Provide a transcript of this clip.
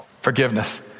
Forgiveness